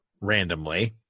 randomly